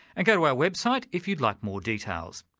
and go to our website if you'd like more details.